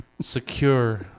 secure